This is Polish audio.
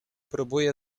próbuję